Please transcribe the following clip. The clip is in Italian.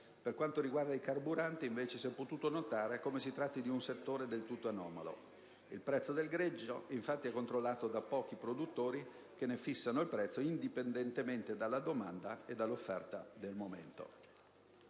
Per quanto riguarda i carburanti, invece, si è potuto notare come si tratti di un settore del tutto anomalo. Il prezzo del greggio è infatti controllato da pochi produttori che ne fissano il prezzo indipendentemente dalla domanda e dall'offerta del momento.